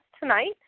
tonight